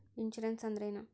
Insurance ಅಂದ್ರೇನು?